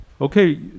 okay